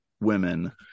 women